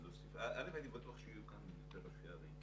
הייתי בטוח שיהיו כאן יותר ראשי ערים,